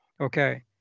okay